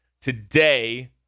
Today